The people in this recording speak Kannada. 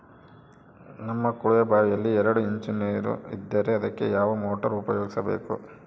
ನಮ್ಮ ಕೊಳವೆಬಾವಿಯಲ್ಲಿ ಎರಡು ಇಂಚು ನೇರು ಇದ್ದರೆ ಅದಕ್ಕೆ ಯಾವ ಮೋಟಾರ್ ಉಪಯೋಗಿಸಬೇಕು?